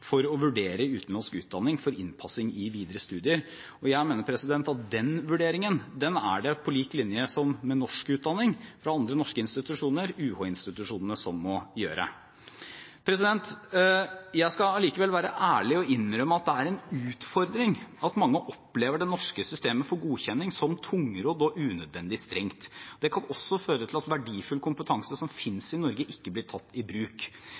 for å vurdere utenlandsk utdanning for innpassing i videre studier. Jeg mener at den vurderingen er det – på lik linje med annen norsk utdanning fra norske institusjoner – universitets- og høgskoleinstitusjonene som må gjøre. Jeg skal likevel være ærlig og innrømme at det er en utfordring at mange opplever det norske systemet for godkjenning som tungrodd og unødvendig strengt. Det kan også føre til at verdifull kompetanse som finnes i Norge, ikke blir tatt i bruk.